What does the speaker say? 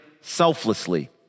selflessly